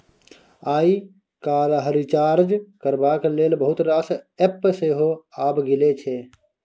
आइ काल्हि रिचार्ज करबाक लेल बहुत रास एप्प सेहो आबि गेल छै